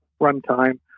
runtime